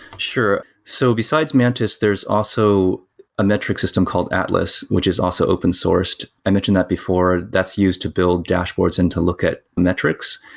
sure. so besides mantis, there's also a metric system called atlas, which is also open sourced. i mentioned that before, that's used to build dashboards and to look at metrics.